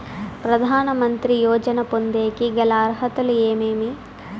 ప్రధాన మంత్రి యోజన పొందేకి గల అర్హతలు ఏమేమి?